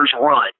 run